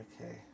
Okay